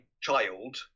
child